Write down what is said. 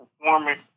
performance